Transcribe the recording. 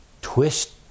twist